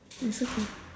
it's okay